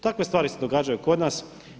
Takve stvari se događaju kod nas.